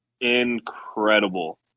incredible